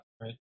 right